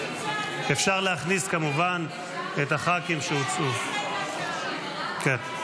אפשר להכניס כמובן את הח"כים שהוצאו, כן.